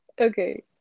Okay